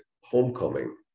homecoming